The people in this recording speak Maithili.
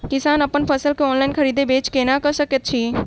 किसान अप्पन फसल केँ ऑनलाइन खरीदै बेच केना कऽ सकैत अछि?